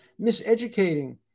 miseducating